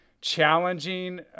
challenging